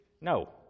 No